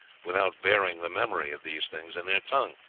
without bearing the memory of these things in their tongue.